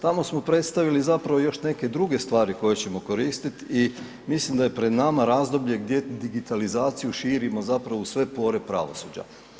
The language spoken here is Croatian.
Tamo smo predstavili zapravo još neke druge stvari koje ćemo koristit i mislim da je pred nama razdoblje gdje digitalizaciju širimo zapravo u sve pore pravosuđa.